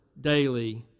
daily